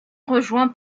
rejoints